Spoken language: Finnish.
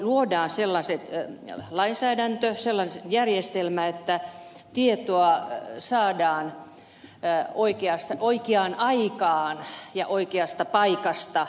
luodaan sellainen lainsäädäntö sellainen järjestelmä että tietoa saadaan oikeaan aikaan ja oikeasta paikasta